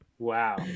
wow